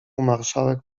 marszałek